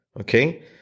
okay